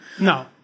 No